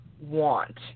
want